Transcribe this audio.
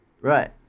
right